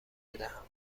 بدهم